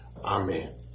Amen